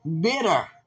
bitter